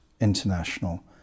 international